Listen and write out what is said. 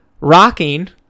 Rocking